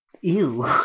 Ew